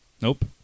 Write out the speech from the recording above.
Nope